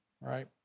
right